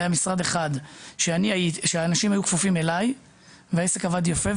היה משרד אחד שבו אנשים היו כפופים אליי והעסק עבד יפה,